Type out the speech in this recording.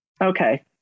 Okay